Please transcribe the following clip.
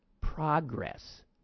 progress